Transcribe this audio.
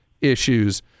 issues